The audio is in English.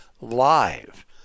Live